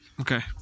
Okay